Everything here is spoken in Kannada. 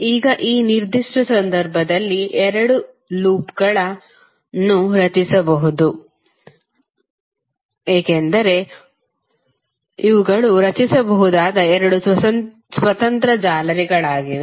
ಈಗ ಈ ನಿರ್ದಿಷ್ಟ ಸಂದರ್ಭದಲ್ಲಿ ಎರಡು ಲೂಪ್ಗಳನ್ನು ರಚಿಸಬಹುದು ಏಕೆಂದರೆ ಇವುಗಳು ರಚಿಸಬಹುದಾದ ಎರಡು ಸ್ವತಂತ್ರ ಜಾಲರಿಗಳಾಗಿವೆ